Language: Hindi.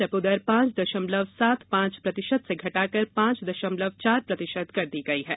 रेपो दर पांच दशमलव सात पांच प्रतिशत से घटाकर पांच दशमलव चार प्रतिशत कर दी गई है